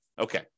Okay